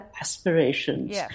aspirations